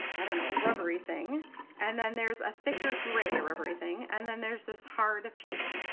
i don't know, rubbery thing and then there's a thicker gray rubbery thing and then there's this hard piece.